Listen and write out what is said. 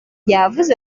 yavuze